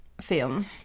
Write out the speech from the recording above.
Film